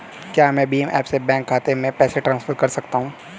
क्या मैं भीम ऐप से बैंक खाते में पैसे ट्रांसफर कर सकता हूँ?